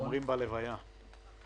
ואני אומר את זה בצורה אמיתית,